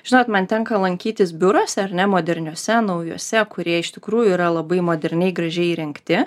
žinot man tenka lankytis biuruose ar ne moderniuose naujuose kurie iš tikrųjų yra labai moderniai gražiai įrengti